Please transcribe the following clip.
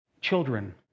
children